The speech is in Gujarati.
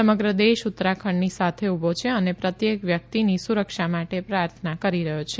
સમગ્ર દેશ ઉત્તરાખંડની સાથે ઉભો છે અને પ્રત્યેક વ્યક્તિની સુરક્ષા માટે પ્રાર્થના કરી રહ્યો છે